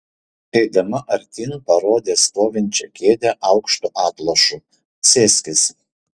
eidama artyn parodė stovinčią kėdę aukštu atlošu sėskis